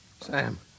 Sam